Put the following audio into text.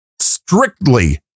strictly